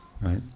right